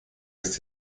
ist